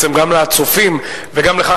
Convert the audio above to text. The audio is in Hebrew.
גם לצופים וגם לך,